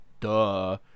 duh